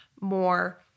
more